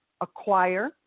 acquire